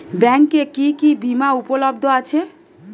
ব্যাংকে কি কি বিমা উপলব্ধ আছে?